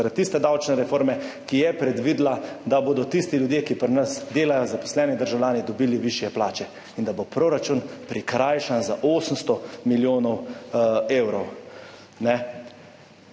tiste davčne reforme, ki je predvidela, da bodo tisti ljudje, ki pri nas delajo, zaposleni državljani dobili višje plače, da bo proračun prikrajšan za 800 milijonov evrov.